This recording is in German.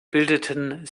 bildeten